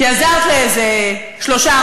כי עזרת לאיזה שלושה,